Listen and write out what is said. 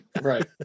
Right